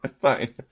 Fine